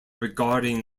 regarding